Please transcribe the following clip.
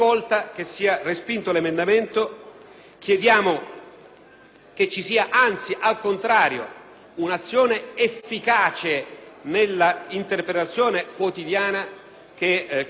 Chiediamo, anzi, che vi sia un'azione efficace nell'interpretazione quotidiana che consenta di evitare quello che oggi è un fenomeno assolutamente inaccettabile.